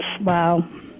Wow